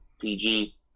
PG